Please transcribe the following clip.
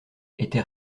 était